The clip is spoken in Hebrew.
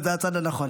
זה הצד הנכון.